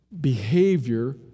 behavior